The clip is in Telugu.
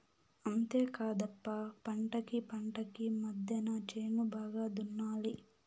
అంతేకాదప్ప పంటకీ పంటకీ మద్దెన చేను బాగా దున్నాలి